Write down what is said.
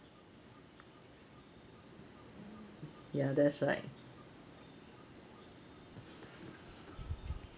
ya that's right